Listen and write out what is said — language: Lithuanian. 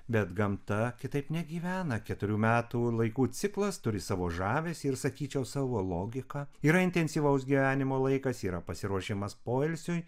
bet gamta kitaip negyvena keturių metų laikų ciklas turi savo žavesį ir sakyčiau savo logiką yra intensyvaus gyvenimo laikas yra pasiruošimas poilsiui